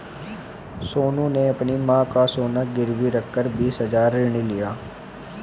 सोनू ने अपनी मां का सोना गिरवी रखकर बीस हजार ऋण लिया